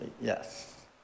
Yes